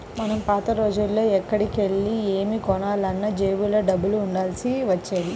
మనం పాత రోజుల్లో ఎక్కడికెళ్ళి ఏమి కొనాలన్నా జేబులో డబ్బులు ఉండాల్సి వచ్చేది